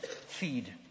feed